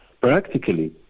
practically